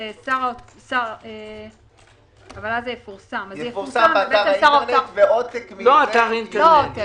שר האוצר ידווח לוועדת הכספים.